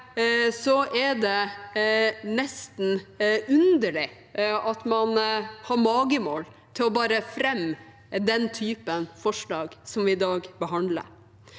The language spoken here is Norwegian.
vår er det nesten underlig at man har mage mål til å fremme den typen forslag som vi i dag behandler.